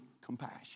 compassion